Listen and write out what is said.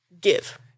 give